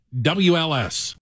WLS